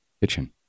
kitchen